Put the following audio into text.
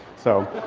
so,